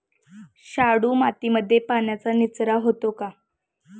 शाडू मातीमध्ये पाण्याचा निचरा होतो का?